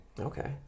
Okay